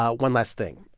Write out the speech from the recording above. ah one last thing.